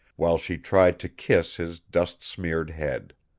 while she tried to kiss his dust-smeared head.